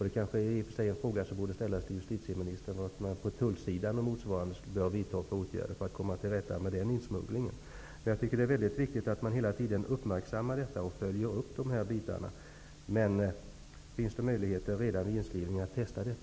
Det kanske i och för sig är en fråga som borde ställas till justitieministern vilka åtgärder man bör vidta på tullsidan för att komma till rätta med den insmugglingen. Det är mycket viktigt att man hela tiden uppmärksammar detta och följer upp dessa bitar. Är det möjligt att redan vid inskrivningen göra en test?